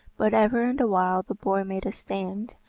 but ever and awhile the boar made a stand,